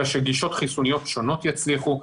אלא שגישות חיסוניות שונות יצליחו.